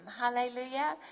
hallelujah